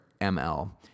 ml